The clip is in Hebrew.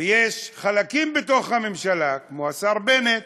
ויש חלקים בתוך הממשלה, כמו השר בנט,